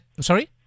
Sorry